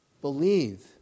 Believe